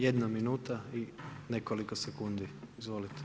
Jedna minuta i nekoliko sekundi, izvolite.